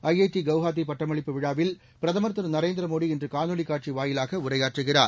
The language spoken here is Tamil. ஐஐஉ குவஹாத்தி பட்டமளிப்பு விழாவில் பிரதமர் திரு நரேந்திர மோடி இன்று காணொலிக் காட்சி வாயிலாக உரையாற்றுகிறார்